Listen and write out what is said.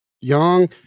young